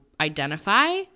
identify